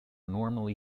normally